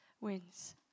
wins